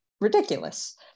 ridiculous